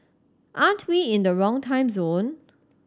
aren't we in the wrong time zone